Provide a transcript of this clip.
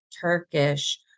Turkish